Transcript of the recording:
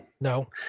No